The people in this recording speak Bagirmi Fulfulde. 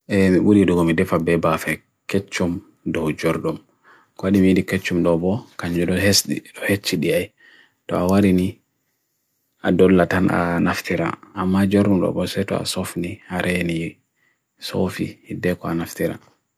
Kuunga ɓe heɓi hokkita kanko ndiyanji laawol ɗiɗi nafaama. Wolves nafoore o yeddi jaandol ɗe, haɓere no suufere nefaama, ha saareje rewele e nder.